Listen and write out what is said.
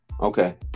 okay